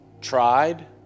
Tried